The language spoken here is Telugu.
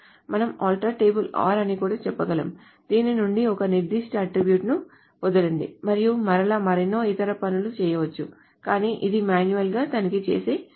మనం ఆల్టర్ టేబుల్ r అని కూడా చెప్పగలం దీని నుండి ఒక నిర్దిష్ట అట్ట్రిబ్యూట్ ను వదలండి మరియు మరలా మరెన్నో ఇతర పనులు చేయవచ్చు కానీ ఇది మాన్యువల్ గా తనిఖీ చేసే మార్గం